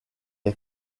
est